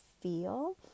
feel